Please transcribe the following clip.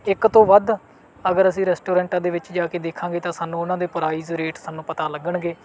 ਇੱਕ ਤੋਂ ਵੱਧ ਅਗਰ ਅਸੀਂ ਰੈਸਟੋਰੈਂਟਾਂ ਦੇ ਵਿੱਚ ਜਾ ਕੇ ਦੇਖਾਂਗੇ ਤਾਂ ਸਾਨੂੰ ਉਨ੍ਹਾਂ ਦੇ ਪ੍ਰਾਈਜ ਰੇਟ ਸਾਨੂੰ ਪਤਾ ਲੱਗਣਗੇ